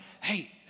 hey